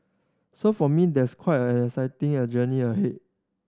so for me there's quite a exciting a journey ahead